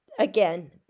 Again